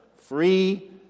free